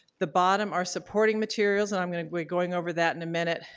the bottom are supporting materials and i'm going to be going over that in a minute.